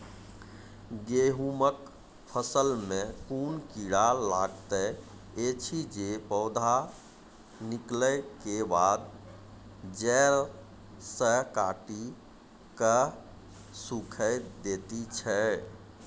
गेहूँमक फसल मे कून कीड़ा लागतै ऐछि जे पौधा निकलै केबाद जैर सऽ काटि कऽ सूखे दैति छै?